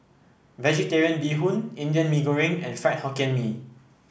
vegetarian Bee Hoon Indian Mee Goreng and Fried Hokkien Mee